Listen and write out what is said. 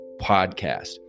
podcast